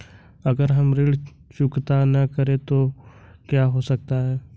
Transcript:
अगर हम ऋण चुकता न करें तो क्या हो सकता है?